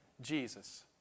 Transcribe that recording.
Jesus